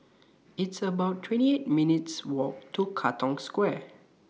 It's about twenty eight minutes' Walk to Katong Square